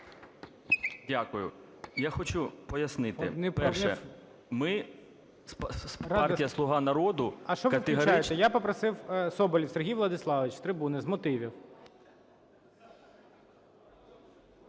П.В. Я хочу пояснити, перше, ми партія "Слуга народу"… ГОЛОВУЮЧИЙ. А що ви включаєте? Я попросив Соболєв Сергій Владиславович з трибуни, з мотивів.